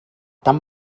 tan